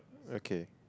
okay